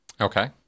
Okay